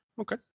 Okay